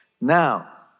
Now